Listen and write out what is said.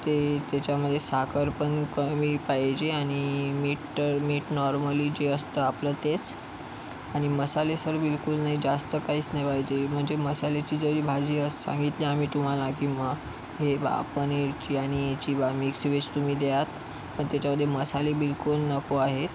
ते त्याच्यामध्ये साखर पण कमी पाहिजे आणि मीठ तर मीठ नॉर्मली जे असतं आपलं तेच आणि मसाले सर बिलकुल नाही जास्त काहीच नाही पाहिजे म्हणजे मसाल्याची जरी भाजी अस सांगितली आम्ही तुम्हाला किंवा हे बा आपण ह्याची आणि ह्याची बा मिक्स वेज तुम्ही द्या पण त्याच्यामध्ये मसाले बिलकुल नको आहेत